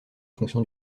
fonction